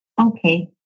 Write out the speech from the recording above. okay